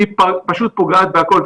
זה פשוט פוגע בכול.